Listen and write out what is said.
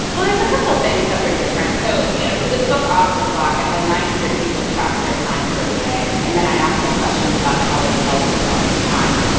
well, there's a couple of things that were different. so you know for this book off the clock, i had nine hundred people track their time for a day. and then i asked them questions about how they felt about their time.